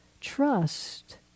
trust